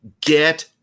get